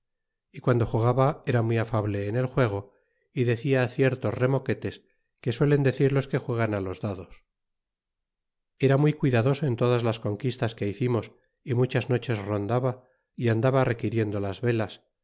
y guando jugaba era muy afable en el juego y decia ciertos remoquetes que suelen decir los que juegan á los dados era muy cuidadoso en todas las conquistas que hicimos y muchas noches rondaba y andaba requiriendo las velas